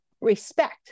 respect